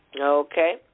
Okay